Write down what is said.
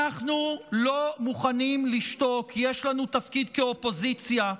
אנחנו לא מוכנים לשתוק, יש לנו תפקיד כאופוזיציה,